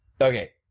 Okay